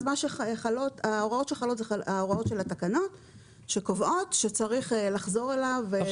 ההוראות שחלות הן ההוראות של התקנות שקובעות שצריך לחזור אליו.